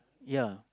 ya